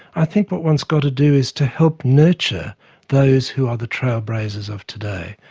i think what one's got to do is to help nurture those who are the trailblazers of today.